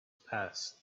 passed